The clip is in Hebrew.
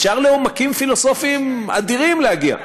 אפשר לעומקים פילוסופיים אדירים להגיע.